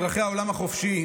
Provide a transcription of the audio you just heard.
אזרחי העולם החופשי,